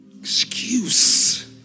excuse